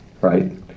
right